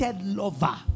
lover